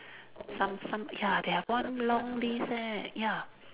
some some ya they have one long list leh ya